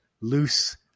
loose